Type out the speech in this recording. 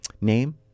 name